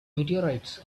meteorites